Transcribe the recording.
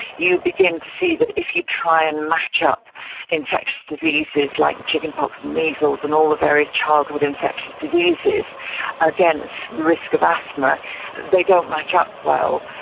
you begin to see that if you try and match up infectious diseases like chicken pox and measles and all the various childhood infectious diseases against the risk of asthma they don't match up well.